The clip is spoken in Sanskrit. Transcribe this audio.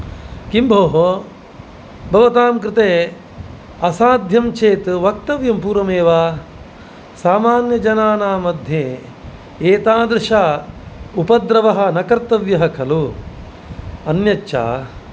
किं भोः भवतां कृते आसाध्यं चेत् वक्तव्यं पूर्वमेव सामान्यजनानां मध्ये एतादृश उपद्रवः न कर्तव्यः खलु अन्यच्च